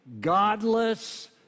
godless